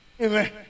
Amen